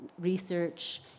research